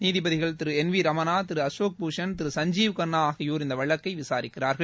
நீதிபதிகள் திரு N V Ramana திரு அசோக் பூஷண் திரு சஞ்சீவ் கன்னா ஆகியோர் இந்த வழக்கை விசாரிக்கிறார்கள்